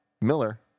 Miller